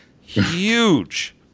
huge